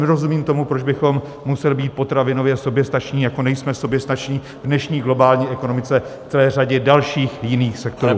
Nerozumím tomu, proč bychom museli být potravinově soběstační, jako nejsme soběstační v dnešní globální ekonomice v celé řadě dalších jiných sektorů.